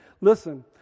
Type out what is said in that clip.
listen